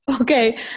Okay